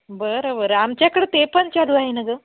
बरं बरं आमच्याकडं ते पण चालू आहे ना गं